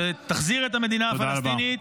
שתחזיר את המדינה הפלסטינית,